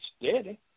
steady